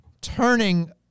turning